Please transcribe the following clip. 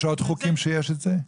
יש עוד חוקים שיש את זה?